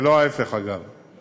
ולא ההפך, אגב.